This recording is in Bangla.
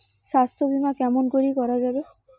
স্বাস্থ্য বিমা কেমন করি করা যাবে?